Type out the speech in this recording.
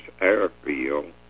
airfield